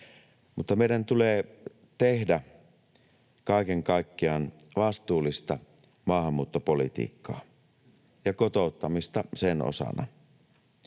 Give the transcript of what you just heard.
mutta meidän tulee tehdä kaiken kaikkiaan vastuullista maahanmuuttopolitiikkaa ja kotouttamista sen osana.